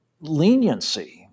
leniency